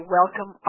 welcome